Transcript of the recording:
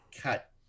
cut